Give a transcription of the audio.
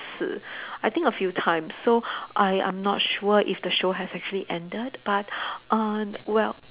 次 I think a few times so I I'm not sure if the show has actually ended but err well